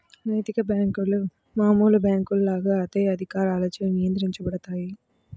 నైతిక బ్యేంకులు మామూలు బ్యేంకుల లాగా అదే అధికారులచే నియంత్రించబడతాయి